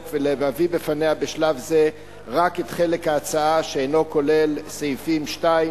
ולהביא בפניה בשלב זה רק את חלק ההצעה שאינו כולל את סעיפים 2,